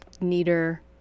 neater